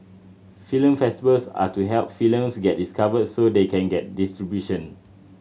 film festivals are to help films get discovered so they can get distribution